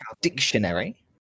dictionary